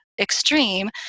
extreme